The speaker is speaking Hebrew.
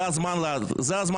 זה הזמן לעצור.